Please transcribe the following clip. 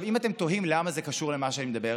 אם אתם תוהים במה זה קשור למה שאני אומר,